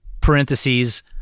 parentheses